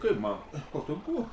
kaip man patogu